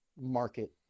market